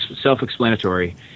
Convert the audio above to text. self-explanatory